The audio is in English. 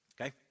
Okay